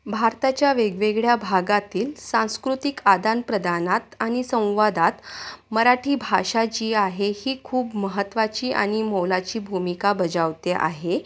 भारताच्या वेगवेगळ्या भागातील सांस्कृतिक आदानप्रदानात आणि संवादात मराठी भाषा जी आहे ही खूप महत्त्वाची आणि मोलाची भूमिका बजावते आहे